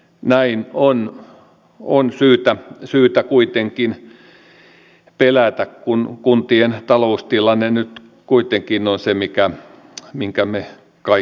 näin on syytä kuitenkin pelätä kun kuntien taloustilanne nyt kuitenkin on se minkä me kai kaikki tiedämme